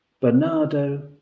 Bernardo